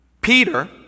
Peter